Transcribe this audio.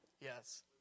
Yes